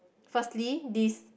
firstly this